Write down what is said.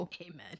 amen